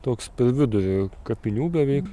toks per vidurį kapinių beveik